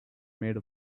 made